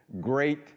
great